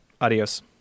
Adios